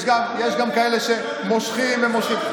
יש גם כאלה שמושכים ומושכים.